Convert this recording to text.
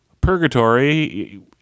purgatory